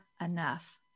enough